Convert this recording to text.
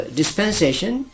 dispensation